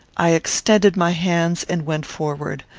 i extended my hands and went forward.